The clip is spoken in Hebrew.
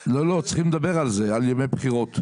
צריכים לדבר על זה, על ימי בחירות.